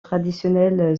traditionnel